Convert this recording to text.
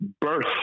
birth